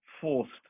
forced